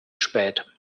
spät